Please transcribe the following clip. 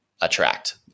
attract